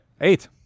eight